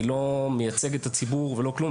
אני לא מייצג את הציבור ולא כלום,